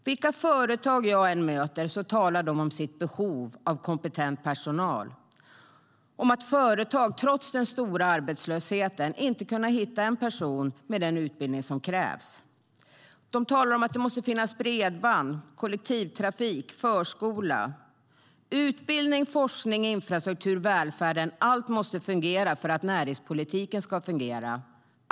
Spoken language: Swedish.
Vilka företag jag än möter talar de om sitt behov av kompetent personal, om att företaget trots den stora arbetslösheten inte har kunnat hitta en person med den utbildning som krävs. De talar om att det måste finnas bredband, kollektivtrafik och förskola. Utbildning, forskning, infrastruktur och välfärd - allt måste fungera för att näringspolitiken ska fungera.